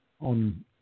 on